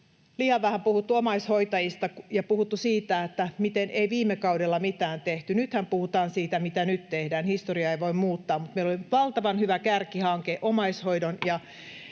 liian vähän puhuttu omaishoitajista ja puhuttu siitä, miten ei viime kaudella mitään tehty, että nythän puhutaan siitä, mitä nyt tehdään. Historiaa ei voi muuttaa. Meillä oli valtavan hyvä kärkihanke omaishoidon